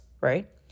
right